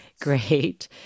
great